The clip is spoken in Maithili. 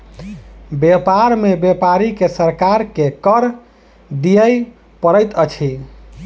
व्यापार में व्यापारी के सरकार के कर दिअ पड़ैत अछि